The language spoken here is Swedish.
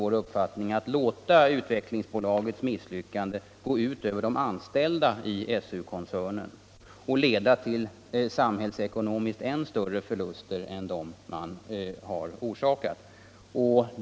Man kan inte låta Utvecklingsbolagets misslyckanden drabba de anställda i SU-koncernen och leda till samhällsekonomiskt sett än större förluster än dem som redan har uppstått.